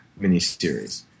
miniseries